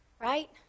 right